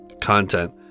content